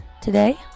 today